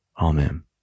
Amen